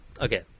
okay